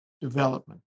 development